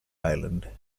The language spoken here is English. island